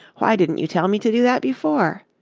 why didn't you tell me to do that before?